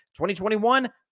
2021